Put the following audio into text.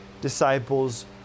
disciples